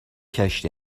کشتی